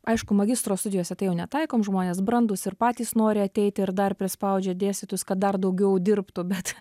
aišku magistro studijose tai jau netaikom žmonės brandūs ir patys nori ateiti ir dar prispaudžia dėstytojus kad dar daugiau dirbtų bet